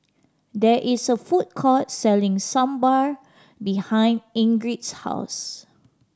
there is a food court selling Sambar behind Ingrid's house